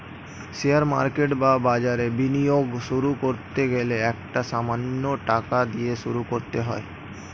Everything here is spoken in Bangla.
শেয়ার মার্কেট বা বাজারে বিনিয়োগ শুরু করতে গেলে একটা সামান্য টাকা দিয়ে শুরু করতে হয়